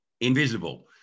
invisible